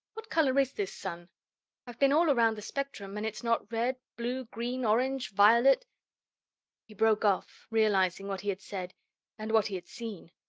what color is this sun i've been all around the spectrum, and it's not red, blue, green, orange, violet he broke off, realizing what he had said and what he had seen.